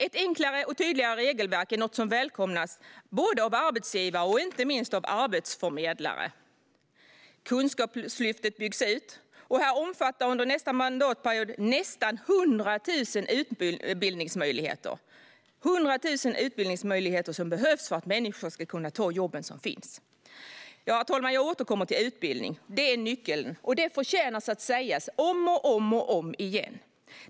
Ett enklare och tydligare regelverk är något som välkomnas av arbetsgivare och inte minst av arbetsförmedlare. Kunskapslyftet byggs ut och omfattar under nästa mandatperiod nästan 100 000 utbildningsmöjligheter. Det är 100 000 utbildningsmöjligheter som behövs för att människor ska kunna ta jobben som finns. Herr talman! Jag återkommer till utbildning, för det är nyckeln. Det förtjänar att sägas om och om igen.